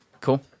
Cool